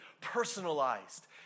personalized